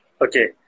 Okay